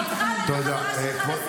אותך ואת החברה שלך לזימי,